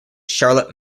charlotte